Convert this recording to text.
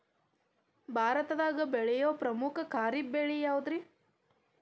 ಭಾರತದಾಗ ಬೆಳೆಯೋ ಪ್ರಮುಖ ಖಾರಿಫ್ ಬೆಳೆ ಯಾವುದ್ರೇ?